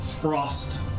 frost